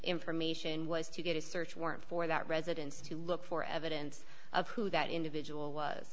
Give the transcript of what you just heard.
information was to get a search warrant for that residence to look for evidence of who that individual was